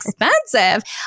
expensive